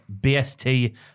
BST